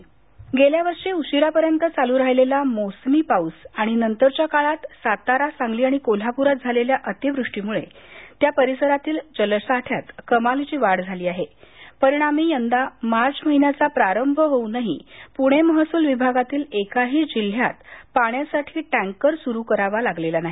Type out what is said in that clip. tanker गेल्या वर्षी उशिरापर्यंत चालू राहिलेला मोसमी पाऊस आणि नंतरच्या काळात सातारा सांगली आणि कोल्हापुरात झालेल्या अतिवृष्टीमुळं त्या परिसरातील जलसाठ्यात कमालीची वाढ झाली परिणामी यंदा मार्च महिन्याचा प्रारंभ होऊन देखील पूणे महसूल विभागातील क्रिाही जिल्ह्यात पाण्यासाठी टँकर सुरु करावा लागलेला नाही